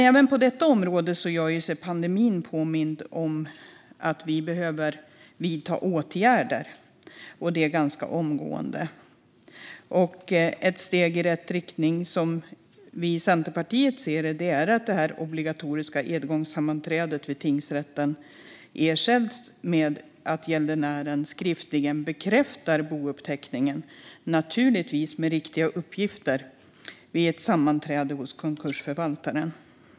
Även på detta område påminner pandemin oss om att vi behöver vidta åtgärder ganska omgående. Enligt Centerpartiet är ett steg i rätt riktning att det obligatoriska edgångssammanträdet vid tingsrätten ersätts med att gäldenären skriftligen bekräftar bouppteckningen, givetvis med riktiga uppgifter, vid ett sammanträde hos konkursförvaltaren.